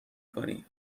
کنی